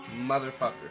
Motherfucker